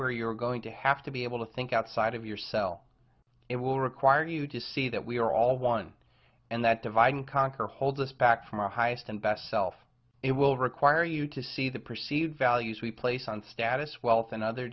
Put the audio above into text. where you're going to have to be able to think outside of your cell it will require you to see that we are all one and that divide and conquer holds us back from our highest and best self it will require you to see the perceived values we place on status wealth and other